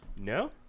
no